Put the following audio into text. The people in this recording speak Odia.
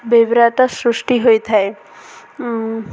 ବିଭ୍ରାଟ ସୃଷ୍ଟି ହୋଇଥାଏ